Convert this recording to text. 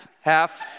half